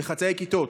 בחצאי כיתות.